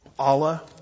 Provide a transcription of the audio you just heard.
Allah